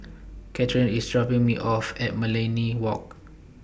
Katheryn IS dropping Me off At Millenia Walk